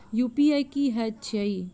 UPI की हएत छई?